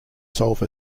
solve